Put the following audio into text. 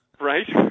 Right